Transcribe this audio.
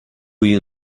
you